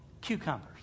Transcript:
Cucumbers